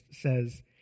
says